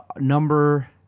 Number